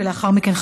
ולאחר מכן,